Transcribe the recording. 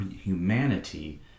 humanity